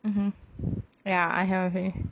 mmhmm ya I haven't finish